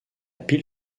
pile